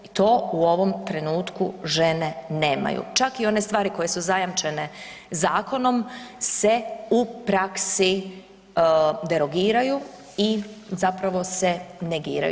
To u ovom trenutku žene nemaju, čak i one stvari koje su zajamčene zakonom se u praksi derogiraju i zapravo se negiraju.